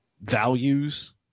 values